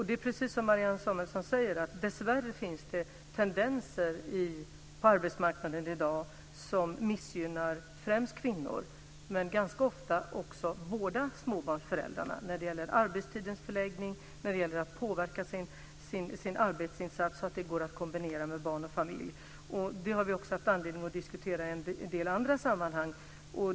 Det är precis som Marianne Samuelsson säger, att det dessvärre finns tendenser på arbetsmarknaden i dag som missgynnar främst kvinnor men ganska ofta båda småbarnsföräldrarna. Det gäller arbetstidens förläggning. Det handlar om möjligheten att påverka sin arbetsinsats, så att det går att kombinera arbete med barn och familj. Detta har vi också haft anledning att diskutera i en del andra sammanhang.